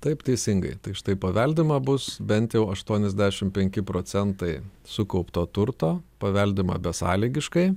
taip teisingai tai štai paveldima bus bent jau aštuoniasdešim penki procentai sukaupto turto paveldima besąlygiškai